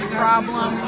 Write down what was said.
problem